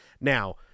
Now